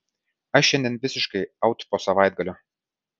aš šiandien visiškai aut po savaitgalio